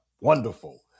Wonderful